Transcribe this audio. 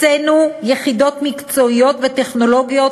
הקצינו יחידות מקצועיות וטכנולוגיות,